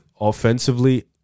offensively